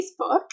Facebook